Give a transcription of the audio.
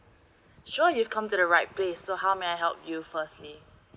sure you've come to the right place so how may I help you firstly